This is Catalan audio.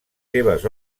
seves